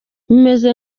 bimeze